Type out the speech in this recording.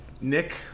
Nick